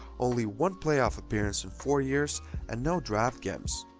only one playoff appearance in four years and no draft gems.